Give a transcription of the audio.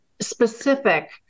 specific